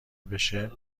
بشه